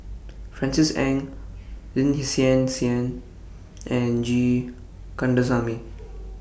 Francis Ng Lin Hsin Hsin and G Kandasamy